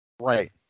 Right